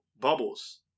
bubbles